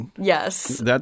Yes